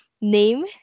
name